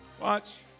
Watch